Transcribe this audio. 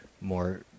more